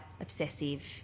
obsessive